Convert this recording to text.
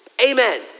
Amen